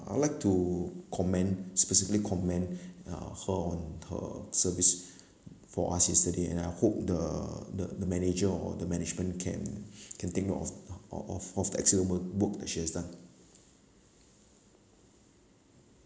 I would like to comment specifically comment uh her on her service for us yesterday and I hope the the the manager or the management can can think of of of the excellent wo~ work that she has done